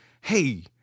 hey